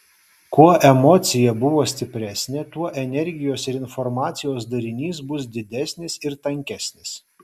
kuo emocija buvo stipresnė tuo energijos ir informacijos darinys bus didesnis ir tankesnis